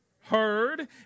heard